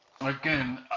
again